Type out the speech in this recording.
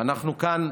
ואנחנו כאן,